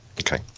Okay